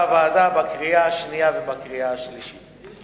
בקריאה שנייה ובקריאה שלישית בנוסח שאישרה הוועדה.